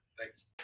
thanks